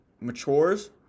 matures